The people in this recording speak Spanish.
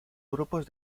grupos